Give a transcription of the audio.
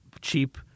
cheap